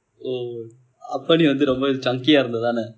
oh அப்போ நீ வந்து ரொம்ப:appoo nii vandthu rompa chubby இருந்த தானே:irundtha thaanee